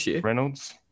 Reynolds